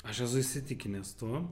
aš esu įsitikinęs tuo